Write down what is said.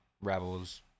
rebels